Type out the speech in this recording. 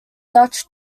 dutch